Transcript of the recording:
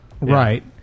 Right